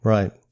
Right